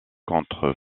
contre